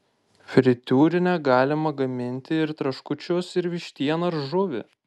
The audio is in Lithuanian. fritiūrine galima gaminti ir traškučius ir vištieną ar žuvį